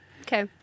Okay